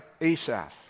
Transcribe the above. Asaph